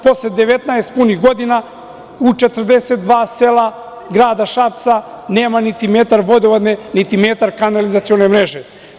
Posle 19 punih godina u 42 sela grada Šapca nema niti metar vodovodne niti metar kanalizacione mreže.